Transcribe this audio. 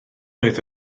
oedd